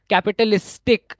Capitalistic